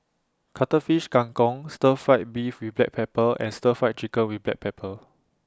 Cuttlefish Kang Kong Stir Fry Beef with Black Pepper and Stir Fried Chicken with Black Pepper